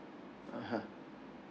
(uh huh)